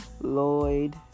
Lloyd